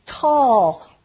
tall